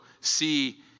see